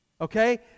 okay